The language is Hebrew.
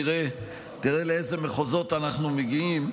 תראה לאיזה מחוזות אנחנו מגיעים,